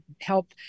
help